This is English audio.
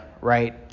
right